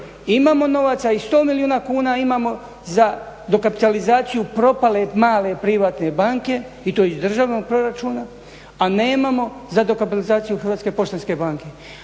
Imamo novaca i 100 milijuna kuna imamo za dokapitalizaciju propale male privatne banke i to iz državnog proračuna, a nemamo za dokapitalizaciju HPB-a. A o mantri